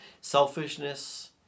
selfishness